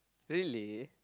really